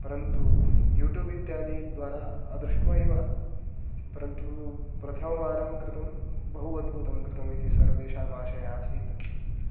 परन्तु यूट्यूब् इत्यादिद्वारा अदृष्ट्वा एव परन्तु प्रथमवारं कृतं बहु अद्भुतं कृतमिति सर्वेषाम् आशयः आसीत्